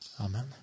amen